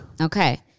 Okay